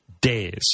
days